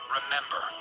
Remember